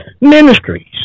ministries